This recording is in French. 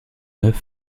neuf